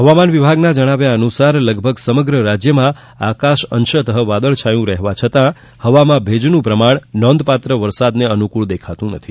હવામાન વિભાગના જણાવ્યા અનુસાર લગભગ સમગ્ર રાજ્યમાં આકાશ અંશતઃ વાદળછાયું રહેવા છતાં હવામાં ભેજનું પ્રમાણ નોંધપાત્ર વરસાદને અનુકૂળ દેખાતું નથી